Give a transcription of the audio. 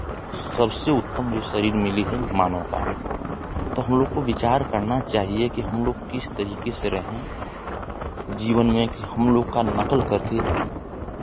सबसे उत्तम जो शरीर मिली है मानव का तो हमलोग को विचार करना चाहिये कि हमलोग किस तरह से रहें जीवन में हम लोग का नकल करके